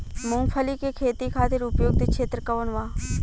मूँगफली के खेती खातिर उपयुक्त क्षेत्र कौन वा?